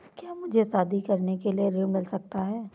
क्या मुझे शादी करने के लिए ऋण मिल सकता है?